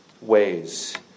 ways